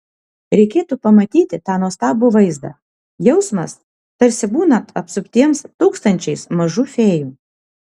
reikėtų pamatyti tą nuostabų vaizdą jausmas tarsi būnant apsuptiems tūkstančiais mažų fėjų